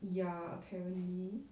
ya apparently